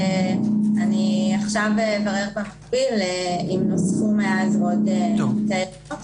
ואני אברר במקביל אם נוספו מאז עוד אמצעים.